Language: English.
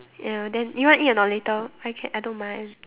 ya then you want eat or not later I can I don't mind